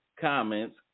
comments